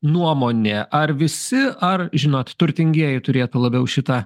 nuomonė ar visi ar žinot turtingieji turėtų labiau šitą